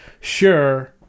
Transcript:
sure